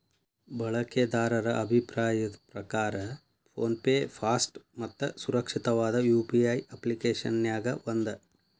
ಬಳಕೆದಾರರ ಅಭಿಪ್ರಾಯದ್ ಪ್ರಕಾರ ಫೋನ್ ಪೆ ಫಾಸ್ಟ್ ಮತ್ತ ಸುರಕ್ಷಿತವಾದ ಯು.ಪಿ.ಐ ಅಪ್ಪ್ಲಿಕೆಶನ್ಯಾಗ ಒಂದ